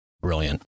Brilliant